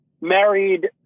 married